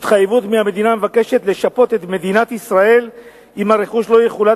התחייבות מהמדינה המבקשת לשפות את מדינת ישראל אם הרכוש לא יחולט